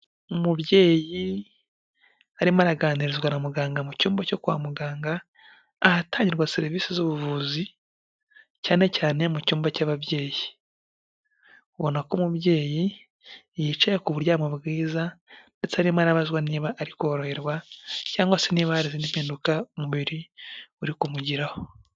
Umubyeyi arimo araganirizwa na muganga mu cyumba cyo kwa muganga, ahatangirwa serivisi z'ubuvuzi cyane cyane mu cyumba cy'ababyeyi. Ubona ko umubyeyi yicaye ku buryamo bwiza ndetse arimo arabazwa niba ari koroherwa cyangwa se niba hari izindi mpinduka umubiri uri kumugiraho.